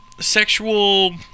sexual